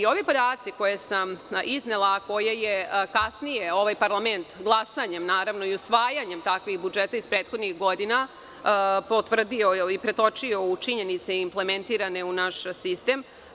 Ovi podaci koje sam iznela, a koje je kasnije ovaj parlament glasanjem naravno i usvajanjem takvih budžeta iz prethodnih godina potvrdio i pretočio u činjenice implementirane u naš sistem.